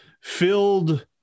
filled